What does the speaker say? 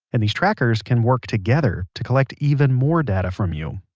and these trackers can work together to collect even more data from you.